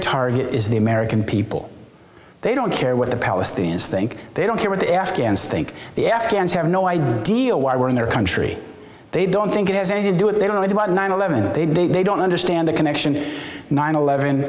target is the american people they don't care what the palestinians think they don't care what the afghans think the afghans have no idea why we're in their country they don't think it has any to do it they don't like about nine eleven that they didn't they don't understand the connection to nine eleven